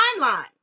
timeline